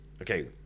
okay